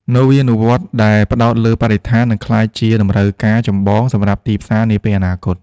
នវានុវត្តន៍ដែលផ្ដោតលើបរិស្ថាននឹងក្លាយជាតម្រូវការចម្បងសម្រាប់ទីផ្សារនាពេលអនាគត។